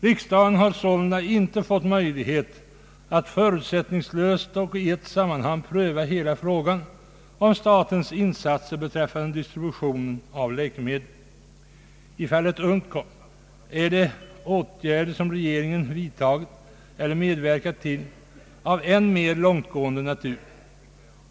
Riksdagen har sålunda inte fått möjlighet att förutsättningslöst och i ett sammanhang pröva hela frågan om statens insatser beträffande distribution av läkemedel. I fallet Uddcomb är de åtgärder som regeringen vidtagit eller medverkat till av än mer långtgående natur.